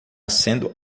sendo